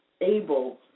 able